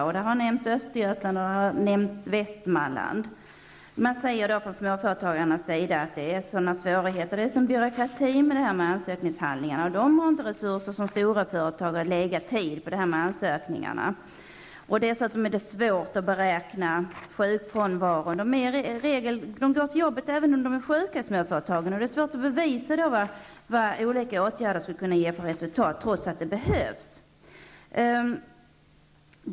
Exempel som har nämnts på detta är Östergötland och Västmanland. Småföretagarna där säger att det är sådana svårigheter och sådan byråkrati och att de inte har samma resurser som stora företag att lägga ner tid på ansökningarna. Dessutom är det svårt att beräkna sjukfrånvaron. I småföretagen går de till jobbet även om de är sjuka, och det är svårt att bevisa vad olika åtgärder skulle kunna ge för resultat, trots att åtgärderna behövs.